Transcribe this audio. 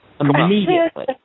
Immediately